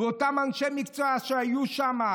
אותם אנשי מקצוע שהיו שם,